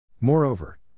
Moreover